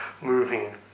moving